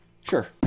Sure